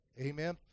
Amen